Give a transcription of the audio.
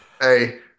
Hey